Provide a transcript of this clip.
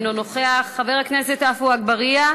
אינו נוכח, חבר הכנסת עפו אגבאריה,